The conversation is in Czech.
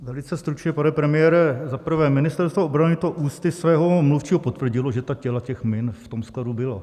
Velice stručně, pane premiére, za prvé, Ministerstvo obrany to ústy svého mluvčího potvrdilo, že ta těla těch min v tom skladu byla.